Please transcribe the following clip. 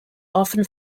often